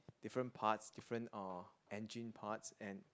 different parts different uh engine parts and